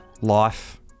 life